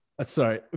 Sorry